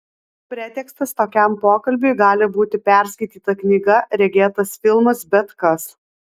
pretekstas tokiam pokalbiui gali būti perskaityta knyga regėtas filmas bet kas